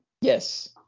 Yes